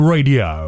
Radio